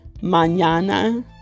mañana